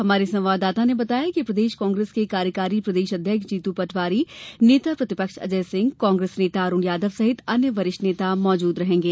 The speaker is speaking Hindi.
हमारे संवाददाता ने बताया है कि प्रदेश कांग्रेस के कार्यकारी प्रदेश अध्यक्ष जीतू पटवारी नेता प्रतिपक्ष अजय सिंह कांग्रेस नेता अरूण यादव सहित अन्य वरिष्ठ नेता मौजूद रहेंगे